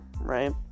right